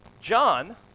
John